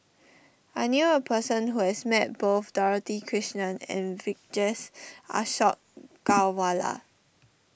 I knew a person who has met both Dorothy Krishnan and Vijesh Ashok Ghariwala